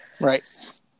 right